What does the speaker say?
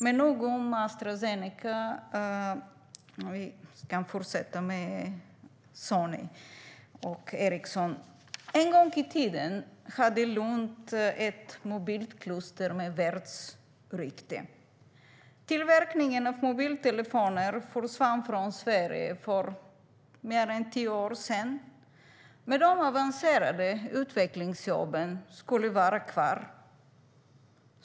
Men nog om Astra Zeneca - vi kan fortsätta med Sony och Ericsson. En gång i tiden hade Lund ett mobilkluster med världsrykte. Tillverkningen av mobiltelefoner försvann från Sverige för mer än tio år sedan, men de avancerade utvecklingsjobben skulle vara kvar.